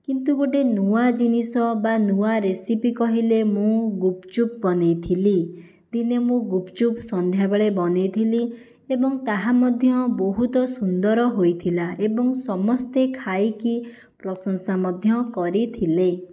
କିନ୍ତୁ ଗୋଟେ ନୂଆ ଜିନିଷ ବା ନୂଆ ରେସିପି କହିଲେ ମୁଁ ଗୁପଚୁପ ବନାଇଥିଲି ଦିନେ ମୁଁ ଗୁପଚୁପ ସନ୍ଧ୍ୟାବେଳେ ବନାଇଥିଲି ଏବଂ ତାହା ମଧ୍ୟ ବହୁତ ସୁନ୍ଦର ହୋଇଥିଲା ଏବଂ ସମସ୍ତେ ଖାଇକି ପ୍ରଶଂସା ମଧ୍ୟ କରିଥିଲେ